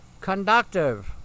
conductive